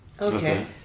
Okay